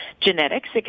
genetics